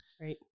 Right